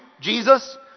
Jesus